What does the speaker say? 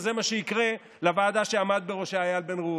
וזה מה שיקרה לוועדה שעמד בראשה איל בן ראובן.